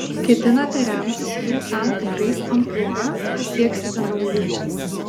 ketinate remtis jų tam tikrais amplua ar sieksite naujumo